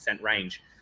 range